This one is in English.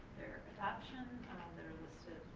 their adoption that are listed